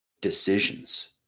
decisions